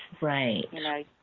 Right